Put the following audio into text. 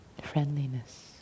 Friendliness